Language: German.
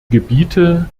gebiete